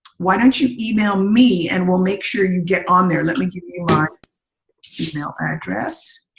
why don't you email me and we'll make sure you get on there. let me give you my email address.